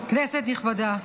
כנסת נכבדה,